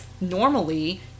normally